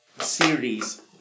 series